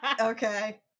Okay